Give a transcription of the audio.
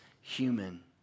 human